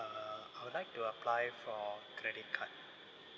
uh I would like to apply for credit card